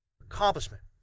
Accomplishment